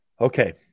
Okay